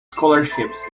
scholarships